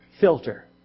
filter